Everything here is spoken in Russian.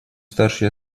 старше